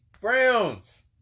Browns